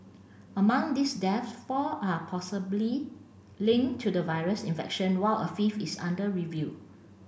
among these deaths four are possibly linked to the virus infection while a fifth is under review